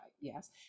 yes